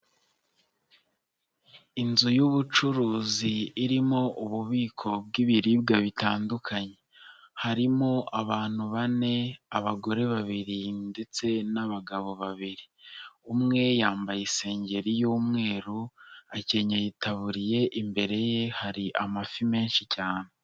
Inzu y'ubucuruzi irimo ububiko bw'ibiribwa bitandukanye, harimo abantu bane abagore babiri ndetse n'abagabo babiri, umwe yambaye isengeri y'umweru akenyeye itaburiye imbere ye hari amafi menshi cyane.